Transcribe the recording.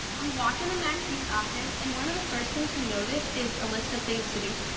we walk into maxine's office and one of the first things we notice is a list of things to do.